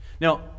Now